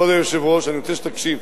כבוד היושב-ראש, אני רוצה שתקשיב,